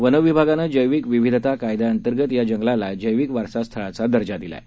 वनविभागानंजैविकविविधताकायद्याअंतर्गतयाजंगलालाजैविकवारसास्थळाचादर्जादिलाआहे